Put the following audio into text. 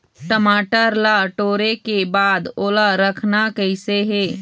टमाटर ला टोरे के बाद ओला रखना कइसे हे?